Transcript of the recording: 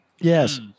Yes